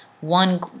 one